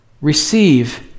Receive